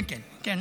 כן, כן.